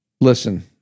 listen